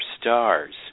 stars